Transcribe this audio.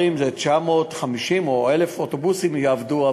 950 או 1,000 אוטובוסים יעבדו.